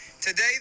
Today